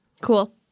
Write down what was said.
Cool